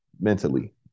mentally